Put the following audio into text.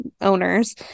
owners